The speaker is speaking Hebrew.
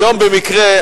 היום במקרה,